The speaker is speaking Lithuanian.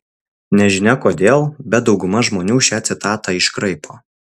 nežinia kodėl bet dauguma žmonių šią citatą iškraipo